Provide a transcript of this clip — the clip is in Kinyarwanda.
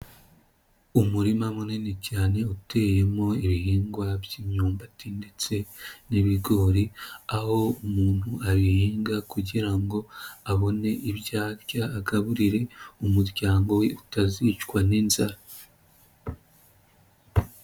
Umurima munini cyane uteyemo ibihingwa by'imyumbati ndetse n'ibigori aho, umuntu abihinga kugira abone ibyarya agaburire umuryango we utazicwa n'inzara.